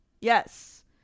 Yes